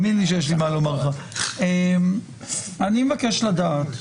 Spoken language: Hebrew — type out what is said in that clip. אני מבקש לדעת,